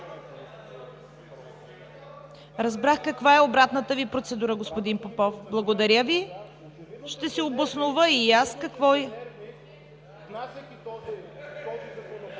Разбрах каква е обратната Ви процедура, господин Попов. Благодаря Ви. Ще се обоснова и аз какво…